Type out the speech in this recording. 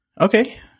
Okay